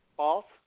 false